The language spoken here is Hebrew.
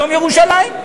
יום ירושלים.